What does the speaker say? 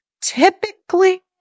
typically